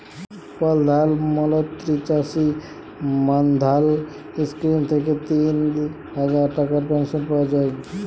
পরধাল মলত্রি চাষী মাল্ধাল ইস্কিম থ্যাইকে তিল হাজার টাকার পেলশল পাউয়া যায়